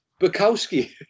Bukowski